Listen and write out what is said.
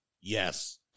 Yes